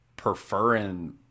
preferring